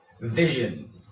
Vision